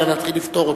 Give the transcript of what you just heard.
אלא נתחיל לפתור אותה.